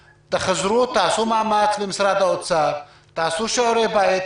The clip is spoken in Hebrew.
תחזרו, תעשו מאמץ עם משרד האוצר, תעשו שיעורי בית.